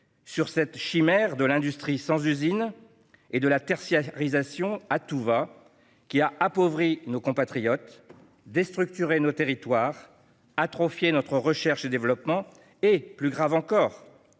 sur cette chimère de l'industrie sans usine et de la tertiarisation à tout-va qui a appauvri nos compatriotes, déstructuré nos territoires, atrophié notre recherche et développement et, plus grave encore,